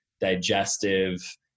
digestive